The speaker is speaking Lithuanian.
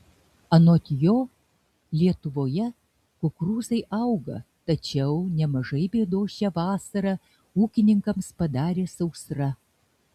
anot jo lietuvoje kukurūzai auga tačiau nemažai bėdos šią vasarą ūkininkams padarė sausra